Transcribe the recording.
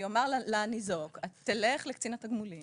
ויאמר לניזוק שילך לקצין התגמולים